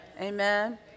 amen